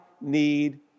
need